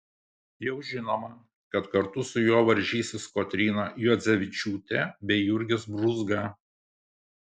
jau žinoma kad kartu su juo varžysis kotryna juodzevičiūtė bei jurgis brūzga